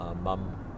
mum